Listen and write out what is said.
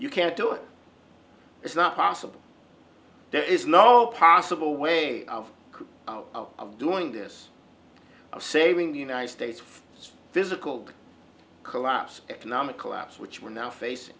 you can't do it it's not possible there is no possible way of doing this saving the united states physical collapse economic collapse which we're now facing